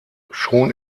schon